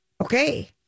okay